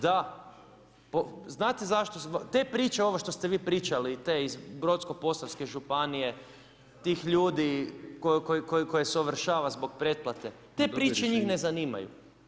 Da, znate zašto te priče ovo što ste vi pričali i te iz Brodsko-posavske županije tih ljudi koje se ovršava zbog pretplate, te priče njih ne zanimanju.